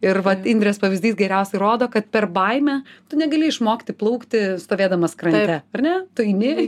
ir vat indrės pavyzdys geriausiai rodo kad per baimę tu negali išmokti plaukti stovėdamas krante ar ne tu eini